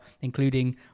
including